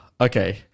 okay